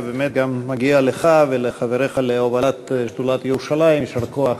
ובאמת גם מגיע לך ולחבריך להובלת שדולת ירושלים יישר כוח